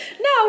No